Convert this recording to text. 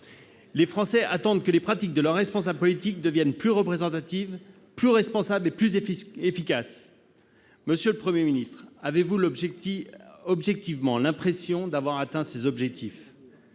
les Français attendent que les pratiques de leurs responsables politiques deviennent plus représentatives, plus responsables et plus efficaces »... Monsieur le Premier ministre, avez-vous objectivement l'impression d'avoir atteint ces objectifs ?